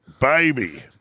baby